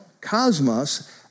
cosmos